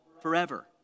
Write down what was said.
forever